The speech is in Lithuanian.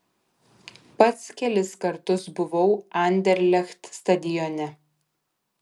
pats kelis kartus buvau anderlecht stadione